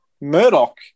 Murdoch